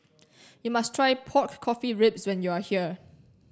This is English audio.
you must try pork coffee ribs when you are here